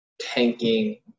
tanking